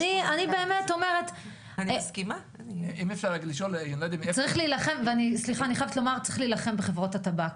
באמת אומרת, צריך להילחם בחברות הטבק.